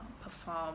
perform